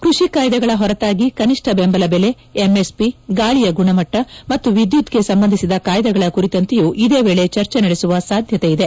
ಕ್ಕಷಿ ಕಾಯ್ದೆಗಳ ಹೊರತಾಗಿ ಕನಿಷ್ನ ಬೆಂಬಲ ಬೆಲೆ ಎಂಎಸ್ಪಿ ಗಾಳಿಯ ಗುಣಮಟ್ಟ ಮತ್ತು ವಿದ್ಗುತ್ಗೆ ಸಂಬಂಧಿಸಿದ ಕಾಯ್ದೆಗಳ ಕುರಿತಂತೆಯೂ ಇದೇ ವೇಳೆ ಚರ್ಚೆ ನಡೆಸುವ ಸಾಧ್ಯತೆ ಇದೆ